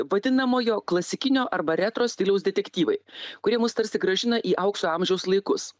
vadinamojo klasikinio arba retro stiliaus detektyvai kurie mus tarsi grąžina į aukso amžiaus laikus